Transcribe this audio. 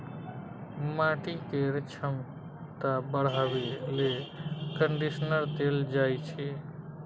माटि केर छमता बढ़ाबे लेल कंडीशनर देल जाइ छै